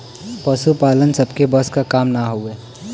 पसुपालन सबके बस क काम ना हउवे